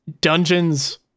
dungeons